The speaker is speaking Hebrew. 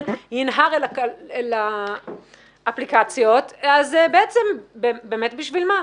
ינהר לאפליקציות אז באמת בשביל מה?